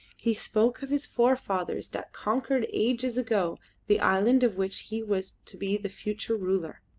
he spoke of his forefathers that conquered ages ago the island of which he was to be the future ruler.